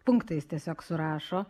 punktais tiesiog surašo